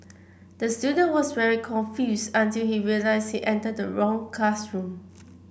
the student was very confused until he realised he entered the wrong classroom